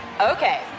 Okay